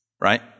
Right